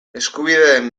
eskubideen